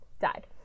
died